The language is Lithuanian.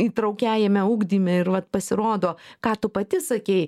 įtraukiajame ugdyme ir vat pasirodo ką tu pati sakei